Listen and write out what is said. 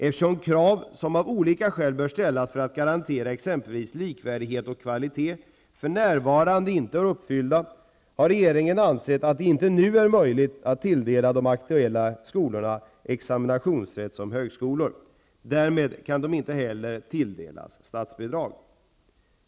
Eftersom krav som av olika skäl bör ställas för att garantera exempelvis likvärdighet och kvalitet för närvarande inte är uppfyllda, har regeringen ansett att det inte nu är möjligt att tilldela de aktuella skolorna examinationsrätt som högskolor. Därmed kan de inte heller tilldelas statsbidrag.